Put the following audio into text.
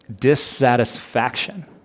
Dissatisfaction